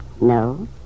No